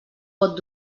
pot